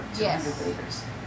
Yes